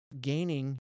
gaining